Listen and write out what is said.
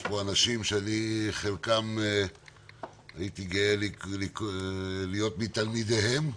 יש פה אנשים שחלקם הייתי גאה להיות מתלמידיהם.